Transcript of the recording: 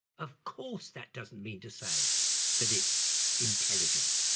of course that doesn't mean to say that it's intelligent.